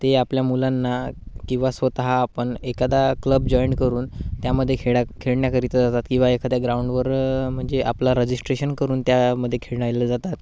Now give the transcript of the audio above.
ते आपल्या मुलांना किंवा स्वतः आपण एखादा क्लब जॉइन करून त्यामध्ये खेळा खेळण्याकरिता जातात किंवा एखाद्या ग्राउंडवर म्हणजे आपला रजिस्ट्रेशन करून त्यामध्ये खेळायला जातात